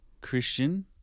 Christian